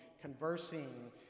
conversing